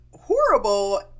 horrible